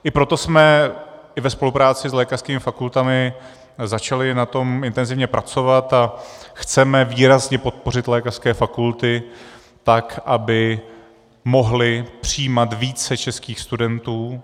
I proto jsme i ve spolupráci s lékařskými fakultami začali na tom intenzivně pracovat a chceme výrazně podpořit lékařské fakulty tak, aby mohly přijímat více českých studentů.